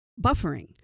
buffering